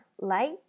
light